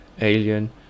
alien